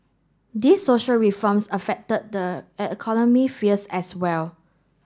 these social reforms affected the economic as well